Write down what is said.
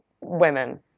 women